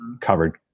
covered